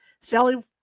Sally